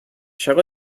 shall